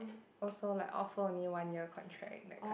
also like offer only one year contract that kind